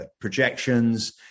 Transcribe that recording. projections